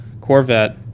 Corvette